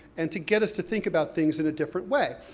and to get us to think about things in a different way.